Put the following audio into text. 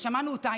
שמענו אותה.